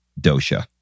dosha